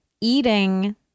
eating